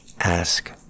ask